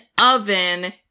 oven